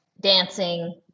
dancing